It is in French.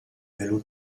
vélo